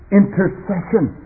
intercession